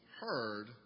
heard